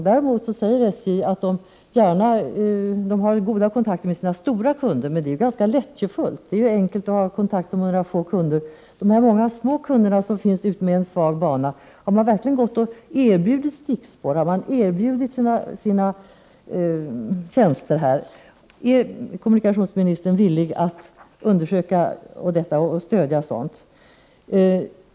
Däremot säger SJ att man har goda kontakter med sina stora kunder. Det är ganska lättjefullt — det är enkelt att ha kontakter med några få kunder. Har de många små kunder som finns utmed en svag bana verkligen erbjudits stickspår? Har SJ erbjudit sina tjänster? Är kommunikationsministern villig att undersöka detta och ge sitt stöd?